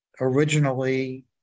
originally